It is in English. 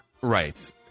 right